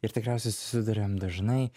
ir tikriausiai susiduriam dažnai